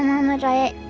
on the diet.